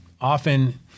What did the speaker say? often